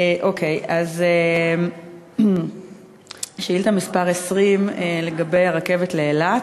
אוקיי, שאילתה מס' 20 לגבי הרכבת לאילת.